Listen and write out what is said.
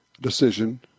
decision